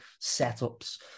setups